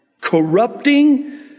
corrupting